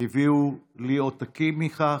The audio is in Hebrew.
והביאו לי עותקים מכך.